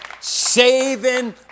saving